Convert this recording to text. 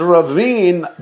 Ravine